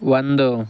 ಒಂದು